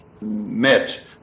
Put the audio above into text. met